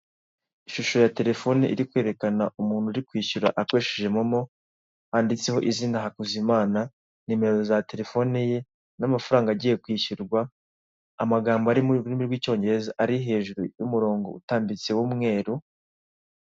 Ishusho ya telefone iri kwerekana umuntu uri kwishyura akoresheje momo, handitseho izina Hakuzimana, nimero za telefone ye n'amafaranga agiye kwishyurwa, amagambo ari mu rurimi rw'Icyongereza ari hejuru y'umurongo utambitse w'umweru.